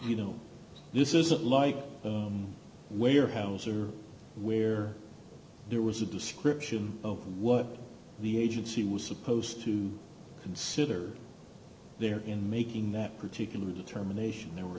you know this isn't like where hauser where there was a description of what the agency was supposed to consider there in making that particular determination there